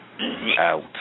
Out